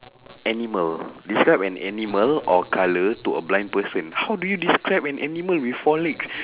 animal describe an animal or colour to a blind person how do you describe an animal with four legs